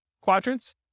quadrants